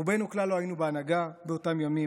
רובנו כלל לא היינו בהנהגה באותם ימים,